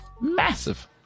Massive